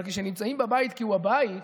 אבל כשנמצאים בבית כי הוא הבית,